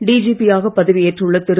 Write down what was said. DGP யாக பதவி ஏற்றுள்ள திரு